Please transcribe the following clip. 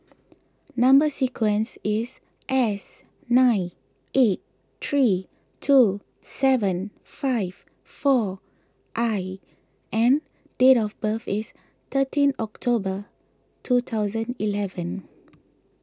Number Sequence is S nine eight three two seven five four I and date of birth is thirteen October two thousand eleven